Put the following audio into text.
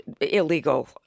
illegal